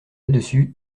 dessus